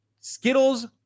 Skittles